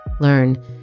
learn